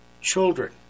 children